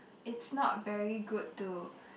it's not very good to